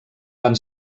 van